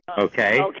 okay